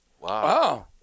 wow